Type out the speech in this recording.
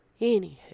Anywho